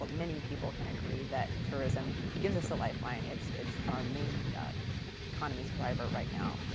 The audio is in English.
many people, can agree that tourism gives us a life line. it's it's our main economy driver right now.